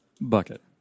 Bucket